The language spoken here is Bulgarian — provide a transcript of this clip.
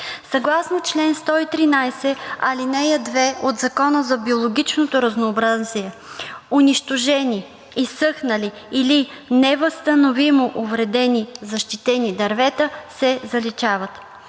Съгласно чл. 113, ал. 2 от Закона за биологичното разнообразие: „Унищожени, изсъхнали или невъзстановимо увредени защитени дървета се заличават.“